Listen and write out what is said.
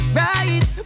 right